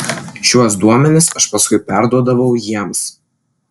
šiuos duomenis aš paskui perduodavau jiems